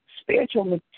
Spiritual